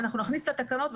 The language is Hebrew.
ואנחנו נכניס את התקנות",